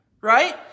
right